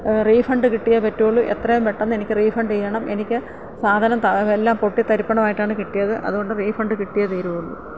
refund കിട്ടിയേ പറ്റുവൊള്ളൂ എത്രയും പെട്ടന്ന് എനിക്ക് റീഫണ്ട് ചെയ്യണം എനിക്ക് സാധനം എല്ലാം പൊട്ടി തരിപ്പണമായിട്ടാണ് കിട്ടിയത് അതുകൊണ്ട് റീഫണ്ട് കിട്ടിയെ തീരുള്ളു